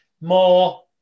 more